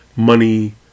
money